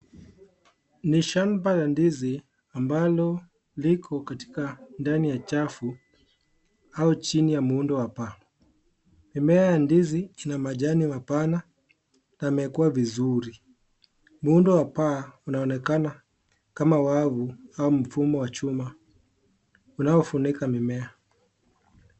Ni shamba la ndizi ambalo liko katika ndani ya chafu au chini ya muundo wa paa. Mimea ndizi ina majani mapana yamekuwa vizuri. Muundo wa paa unaonekana kama wavu ama mfumo wa chuma unaofunika mimea.